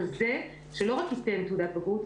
כזה שלא רק ייתן תעודת בגרות.